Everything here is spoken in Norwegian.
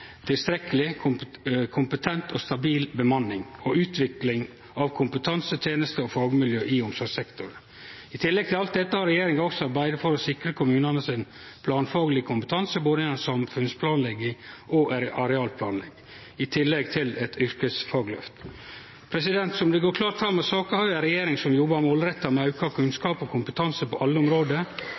tilstrekkeleg kompetent og stabil bemanning og å utvikle kompetanse, tenester og fagmiljø i omsorgssektoren. I tillegg til alt dette har regjeringa også arbeidd med å sikre kommunane sin planfaglege kompetanse, både innan samfunnsplanlegging og arealplanlegging, i tillegg til eit yrkesfagløft. Som det går klart fram i saka, har vi ei regjering som jobbar målretta med auka kunnskap og kompetanse på alle område.